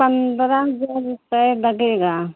पन्द्रह हजार रुपये लगेगा